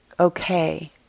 Okay